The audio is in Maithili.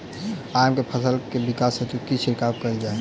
आम केँ फल केँ विकास हेतु की छिड़काव कैल जाए?